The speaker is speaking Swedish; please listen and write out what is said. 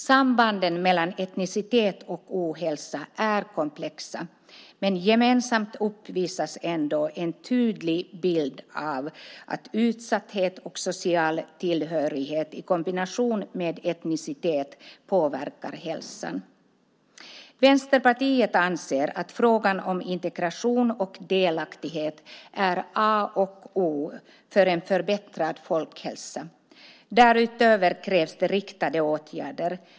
Sambanden mellan etnicitet och ohälsa är komplexa, men gemensamt uppvisas ändå en tydlig bild av att utsatthet och social tillhörighet i kombination med etnicitet påverkar hälsan. Vänsterpartiet anser att frågan om integration och delaktighet är A och O för en förbättrad folkhälsa. Därutöver krävs det riktade åtgärder.